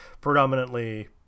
predominantly